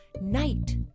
Night